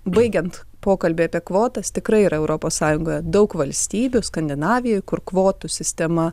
baigiant pokalbį apie kvotas tikrai yra europos sąjungoje daug valstybių skandinavijoj kur kvotų sistema